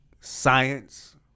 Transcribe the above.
science